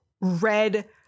red